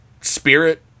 spirit